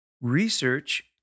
Research